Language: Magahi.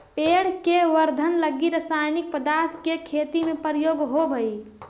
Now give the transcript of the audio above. पेड़ के वर्धन लगी रसायनिक पदार्थ के खेती में प्रयोग होवऽ हई